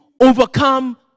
overcome